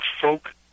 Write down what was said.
folk